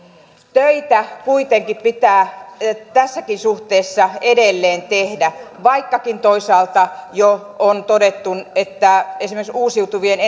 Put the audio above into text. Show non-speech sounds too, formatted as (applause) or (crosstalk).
töitä kuitenkin pitää tässäkin suhteessa edelleen tehdä vaikkakin toisaalta jo on todettu että esimerkiksi uusiutuvien (unintelligible)